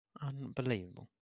Unbelievable